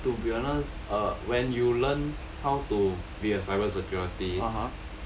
to be honest err when you learn how to be a cybersecurity